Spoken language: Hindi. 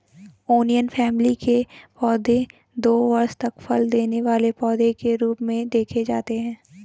ओनियन फैमिली के पौधे दो वर्ष तक फल देने वाले पौधे के रूप में देखे जाते हैं